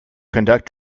conduct